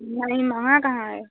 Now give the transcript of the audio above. नही महँगा कहाँ है